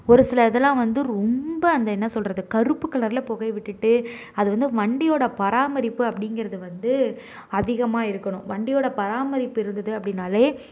ஒரு சில இதல்லாம் வந்து ரொம்ப அந்த என்ன சொல்கிறது கருப்பு கலரில் புகைய விட்டுட்டு அது வந்து வண்டியோடய பராமரிப்பு அப்படிங்கிறது வந்து அதிகமாக இருக்கணும் வண்டியோடய பராமரிப்பு இருந்தது அப்படின்னாவே